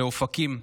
לאופקים.